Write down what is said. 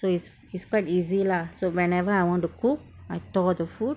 so it's it's quite easy lah so whenever I want to cook I thaw the food